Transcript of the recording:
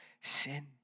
sin